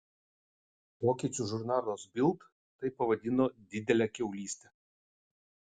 vokiečių žurnalas bild tai pavadino didele kiaulyste